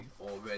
already